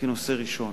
כנושא הראשון.